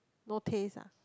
no taste ah